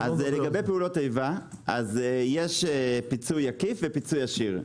לגבי פעולות איבה יש פיצוי ישיר ופיצוי עקיף.